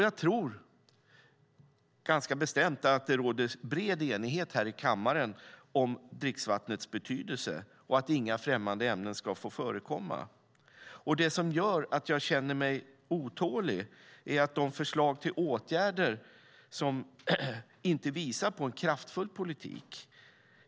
Jag tror ganska bestämt att det råder bred enighet här i kammaren om dricksvattnets betydelse och att inga främmande ämnen ska få förekomma. Det som gör att jag känner mig otålig är att de förslag till åtgärder som finns inte visar på en kraftfull politik.